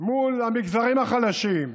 מול המגזרים החלשים,